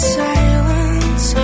silence